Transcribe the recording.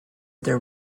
their